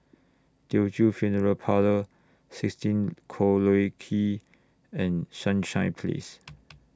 Teochew Funeral Parlour sixteen Collyer Quay and Sunshine Place